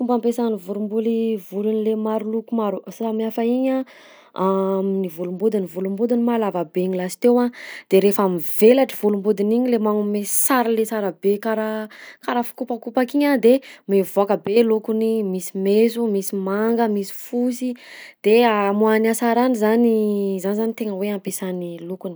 Fomba ampiasan'ny voromboly volony le maro loko maro samihafa igny a amin'ny volom-bodiny, volom-bodiny ma lavabe igny lasteo a, de rehefa mivelatra volom-bodiny igny le magnome sary le tsara be karaha- karaha fikopakopaka igny a de mievoaka be lokony: misy meso, misy manga, misy fosy, de amoahany hasarany zany zany zany tegna hoe ampiasany lokony.